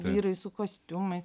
vyrai su kostiumai